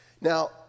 Now